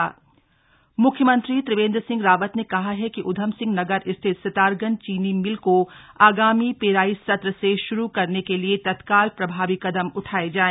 मुख्यमंत्री बैठक मुख्यमंत्री त्रिवेन्द्र सिंह रावत ने कहा है कि ऊधमसिंह नगर स्थित सितारगंज चीनी मिल को आगामी पेराई सत्र से शुरू करने के लिए तत्काल प्रभावी कदम उठाये जाए